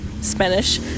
Spanish